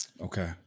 Okay